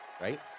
right